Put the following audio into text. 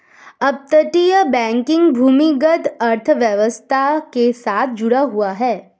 अपतटीय बैंकिंग भूमिगत अर्थव्यवस्था के साथ जुड़ा हुआ है